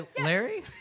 larry